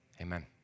Amen